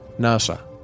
NASA